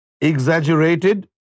Exaggerated